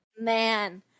Man